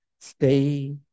Stay